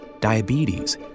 diabetes